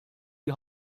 die